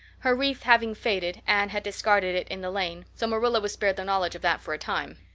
her wreath having faded, anne had discarded it in the lane, so marilla was spared the knowledge of that for a time.